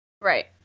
Right